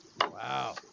Wow